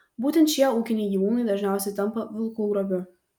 būtent šie ūkiniai gyvūnai dažniausiai tampa vilkų grobiu